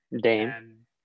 Dame